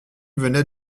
venait